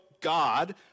God